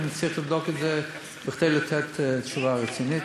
אני צריך לבדוק את זה כדי לתת תשובה רצינית.